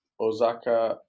osaka